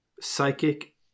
Psychic